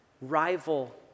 rival